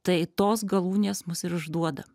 tai tos galūnės mus ir išduoda